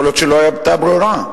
יכול להיות שלא היתה ברירה.